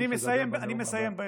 אני מסיים.